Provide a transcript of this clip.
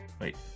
wait